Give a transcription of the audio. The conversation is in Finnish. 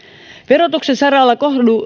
verotuksen saralla